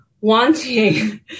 Wanting